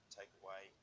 takeaway